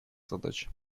задач